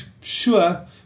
sure